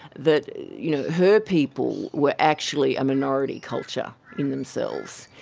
that you know her people were actually a minority culture in themselves.